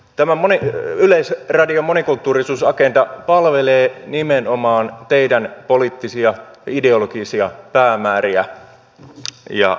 tämä yleisradion monikulttuurisuusagenda palvelee nimenomaan teidän poliittisia ja ideologisia päämääriänne